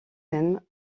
même